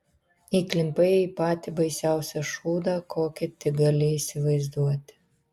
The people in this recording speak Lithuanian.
įklimpai į patį baisiausią šūdą kokį tik gali įsivaizduoti